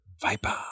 Viper